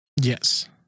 Yes